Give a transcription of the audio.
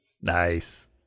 Nice